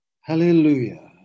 hallelujah